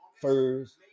first